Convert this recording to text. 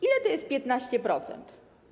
Ile to jest 15%?